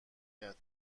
کرد